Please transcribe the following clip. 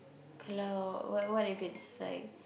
cloud what what if it's like